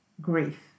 grief